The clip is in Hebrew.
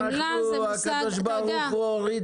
חמלה זה מושג --- הקדוש ברוך הוא הוריד